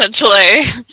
essentially